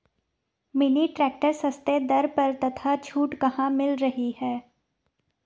Mini tractor सस्ते दर पर तथा छूट कहाँ मिल रही है?